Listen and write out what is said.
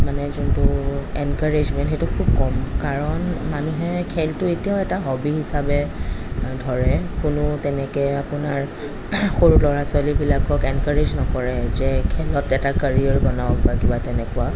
মানে যোনটো এনকাৰেজমেণ্ট সেইটো খুব কম কাৰণ মানুহে খেলটো এতিয়াও এটা হবি হিচাবে ধৰে কোনো তেনেকৈ আপোনাৰ সৰু ল'ৰা ছোৱালীবিলাকক এনকাৰেজ নকৰে যে খেলত এটা কেৰিয়াৰ বনাওঁক বা কিবা তেনেকুৱা